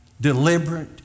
deliberate